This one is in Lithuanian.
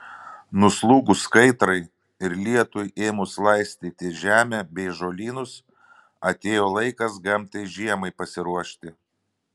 nuslūgus kaitrai ir lietui ėmus laistyti žemę bei žolynus atėjo laikas gamtai žiemai pasiruošti